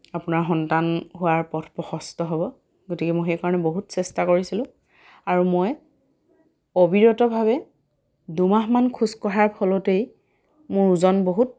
আপোনাৰ সন্তান হোৱাৰ পথ প্ৰশস্ত হ'ব গতিকে মই সেইকাৰণে বহুত চেষ্টা কৰিছিলোঁ আৰু মই অবিৰতভাৱে দুমাহমান খোজকঢ়াৰ ফলতেই মোৰ ওজন বহুত